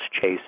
chase